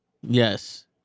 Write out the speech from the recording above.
Yes